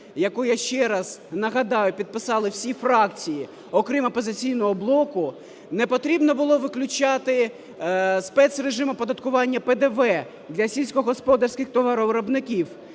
яку, я ще раз нагадаю, підписали всі фракції окрім "Опозиційного блоку", непотрібно було виключати спецрежим оподаткування ПДВ для сільськогосподарських товаровиробників.